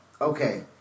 okay